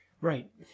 Right